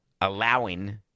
allowing